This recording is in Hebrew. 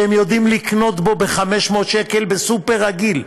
שהם יודעים לקנות בו ב-500 שקל בסופר רגיל,